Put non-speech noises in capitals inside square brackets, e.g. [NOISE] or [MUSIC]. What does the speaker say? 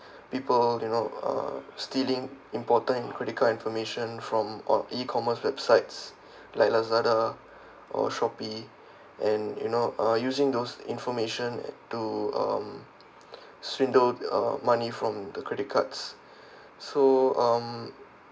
people you know uh stealing important credit card information from on E-commerce websites like lazada or shopee and you know uh using those information to um swindle uh money from the credit cards [BREATH] so um